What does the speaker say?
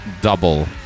Double